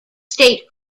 state